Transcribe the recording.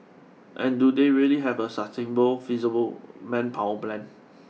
and do they really have a sustainable feasible manpower plan